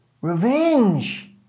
revenge